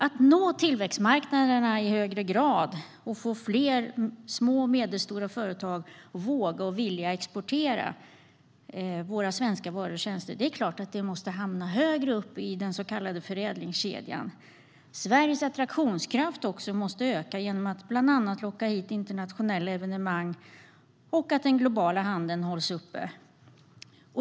Att nå tillväxtmarknaderna i högre grad och få fler små och medelstora företag att våga och vilja exportera våra svenska varor och tjänster måste såklart hamna högre upp i den så kallade förädlingskedjan. Sverige måste också öka sin attraktionskraft genom att bland annat locka hit internationella evenemang och upprätthålla den globala handeln.